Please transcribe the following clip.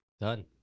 done